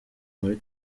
muri